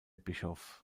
bischof